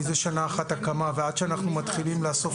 מזה שנה אחת הקמה ועד שאנחנו מתחילים לאסוף